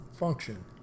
function